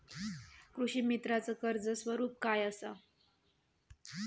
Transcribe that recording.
कृषीमित्राच कर्ज स्वरूप काय असा?